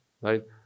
right